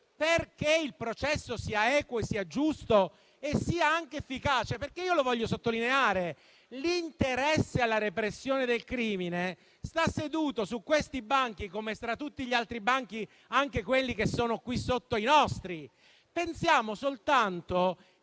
perché il processo sia equo, giusto e anche efficace (perché, lo voglio sottolineare, l'interesse alla repressione del crimine sta seduto su questi banchi come tra tutti gli altri banchi, anche quelli sotto i nostri), pensiamo soltanto